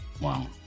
Wow